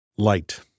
light